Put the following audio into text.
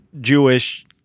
Jewish